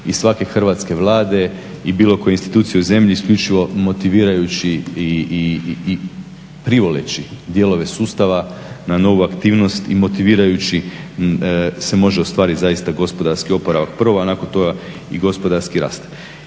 i svake Hrvatske vlade i bilo koje institucije u zemlji isključivo motivirajući i privoleći dijelove sustava na novu aktivnost i motivirajući se može ostvariti zaista gospodarski oporavak prvo, a nakon toga i gospodarski rast.